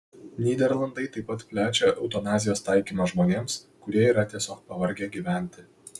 nyderlandai taip pat plečia eutanazijos taikymą žmonėms kurie yra tiesiog pavargę gyventi